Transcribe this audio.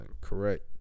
Correct